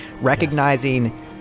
recognizing